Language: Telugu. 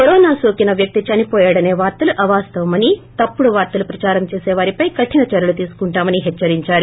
కరోనా నోకిన వ్యక్తి చనివోయాడసే వార్తలు అవాస్తమని తప్పుడు వార్తలు ప్రదారం చేసే వారిపై కఠిన చర్యలు తీసుకుంటామని హెచ్చరించారు